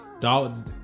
Dollar